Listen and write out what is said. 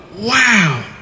wow